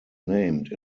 named